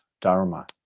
Dharma